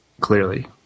clearly